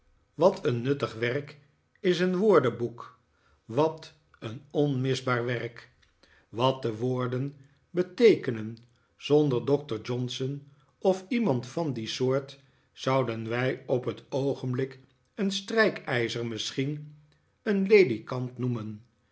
wat een nuttig werk is een woordenboek wat een onmisbaar werk wat de woorden beteekenen zonder doctor johnson of iemand van die soort zduden wij op het oogenblik een strijkijzer misschien een ledikant noemen